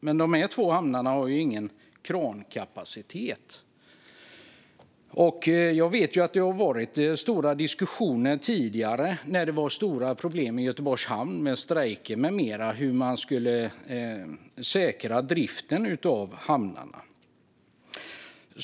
Men de två hamnarna har ingen krankapacitet. Jag vet att det tidigare har varit stora diskussioner, när det var stora problem i Göteborgs hamn med strejker med mera, om hur man skulle säkra driften av hamnarna.